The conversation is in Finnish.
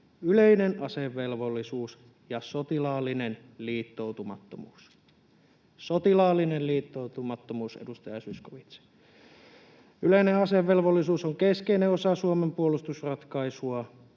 yleinen asevelvollisuus ja sotilaallinen liittoutumattomuus — sotilaallinen liittoutumattomuus, edustaja Zyskowicz. Yleinen asevelvollisuus on keskeinen osa Suomen puolustusratkaisua.